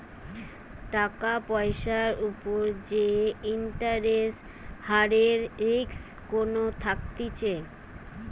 টাকার পয়সার উপর যে ইন্টারেস্ট হারের রিস্ক কোনো থাকতিছে